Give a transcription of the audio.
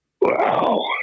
Wow